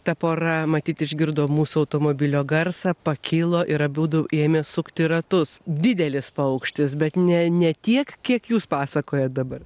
ta pora matyt išgirdo mūsų automobilio garsą pakilo ir abudu ėmė sukti ratus didelis paukštis bet ne ne tiek kiek jūs pasakojat dabar